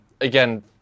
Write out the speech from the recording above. again